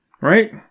right